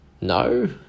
No